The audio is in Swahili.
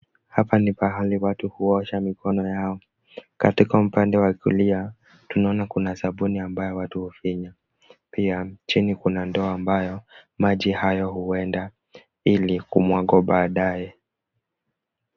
Hapa ni pahali watu huosha mikono yao. Katika upande wa kulia tunaona kuna sabuni ambayo watu hufinya, pia chini kuna ndoo ambayo maji hayo huenda ili kumwagwa baadaye.